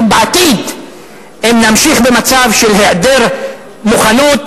בעתיד אם נמשיך עם המצב של היעדר מוכנות,